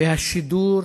השידור